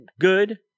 good